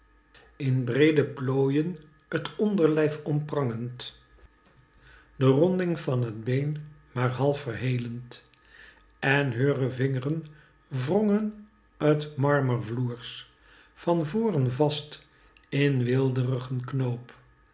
in breede plooyen t onderlijf omprangend de ronding van het been maar half verhelend en heure vingren wrongen t marmerfloers van voren vast in weelderigen